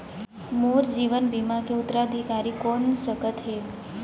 मोर जीवन बीमा के उत्तराधिकारी कोन सकत हे?